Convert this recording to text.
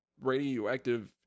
radioactive